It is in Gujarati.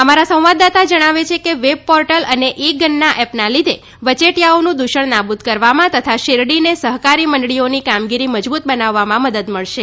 અમારા સંવાદદાતા જણાવે છે કે વેબ પોર્ટલ અને ઇ ગન્ના એપના લીધે વચેટીયાઓનું દૂષણ નાબૂદ કરવામાં તથા શેરડીને સહકારી મંડળીઓની કામગીરી મજબૂત બનાવવામાં મદદ મળશે